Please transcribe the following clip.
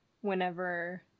whenever